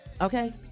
okay